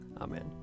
Amen